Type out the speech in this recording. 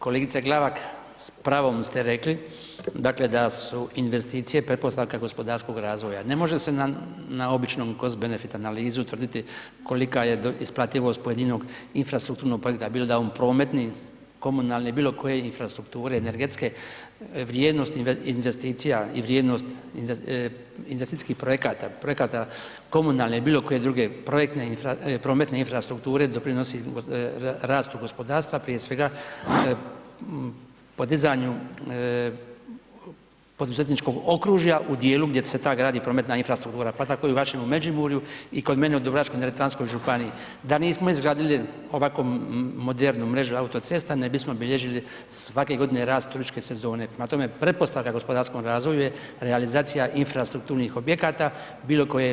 Kolegice Glavak, s pravom ste rekli dakle da su investicije pretpostavke gospodarskog razvoja, ne može se na, na običnom Cost-benefit analizi utvrditi kolika je isplativost pojedinog infrastrukturnog projekta, bilo da je on prometni, komunalni, bilo koje infrastrukture, energetske, vrijednosti investicija i vrijednost investicijskih projekata, projekata komunalne ili bilo koje druge projekte, prometne infrastrukture, doprinosi rastu gospodarstva, prije svega podizanju poduzetničkog okružja u dijelu gdje se ta gradi prometna infrastruktura, pa tako i u vašem Međimurju i kod mene u Dubrovačko-neretvanskoj županiji, da nismo izgradili ovako modernu mrežu autocesta ne bismo bilježili svake godine rast turističke sezone, prema tome pretpostavka gospodarskom razvoju je realizacija infrastrukturnih objekata bilo kod vida infrastrukture.